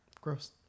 Gross